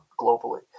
globally